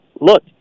look